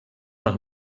nach